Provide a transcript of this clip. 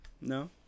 No